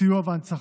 סיוע והנצחה).